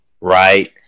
right